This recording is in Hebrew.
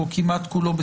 או כמעט כולו,